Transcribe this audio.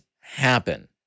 happen